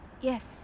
Yes